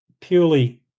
purely